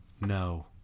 no